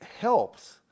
Helps